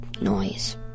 noise